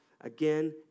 again